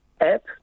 app